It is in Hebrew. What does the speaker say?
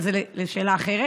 אבל זאת שאלה אחרת.